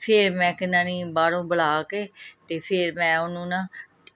ਫੇਰ ਮੈਂ ਕਿੰਨਾ ਨਹੀਂ ਬਾਹਰੋਂ ਬੁਲਾ ਕੇ ਅਤੇ ਫਿਰ ਮੈਂ ਉਹਨੂੰ ਨਾ